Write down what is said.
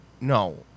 no